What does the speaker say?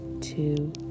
two